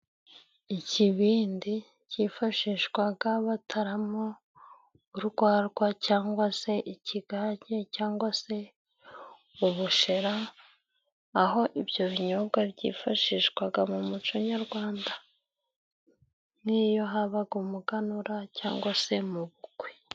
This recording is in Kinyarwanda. Ikibindi cyifashishwaga bataramo urwarwa cyangwa se ikigage, cyangwa se ubushera, aho ibyo binyobwa byifashishwaga mu muco nyarwanda, n'iyo habaga umuganura cyangwa se mu bukwe.